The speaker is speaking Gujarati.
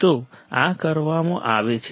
તો આ કરવામાં આવે છે